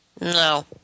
No